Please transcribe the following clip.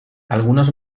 algunos